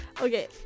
okay